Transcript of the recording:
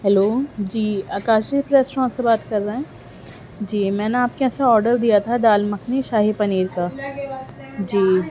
hello جی Kashif restaurant سے بات کر رہے ہیں جی میں نا آپ کے یہاں سے آڈر دیا تھا دال مکھنی شاہی پنیر کا جی